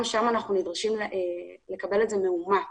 וגם שם אנחנו נדרשים לקבל את זה מאומת